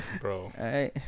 Bro